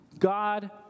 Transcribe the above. God